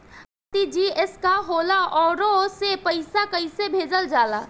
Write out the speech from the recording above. RTGS का होला आउरओ से पईसा कइसे भेजल जला?